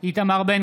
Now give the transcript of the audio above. איתמר בן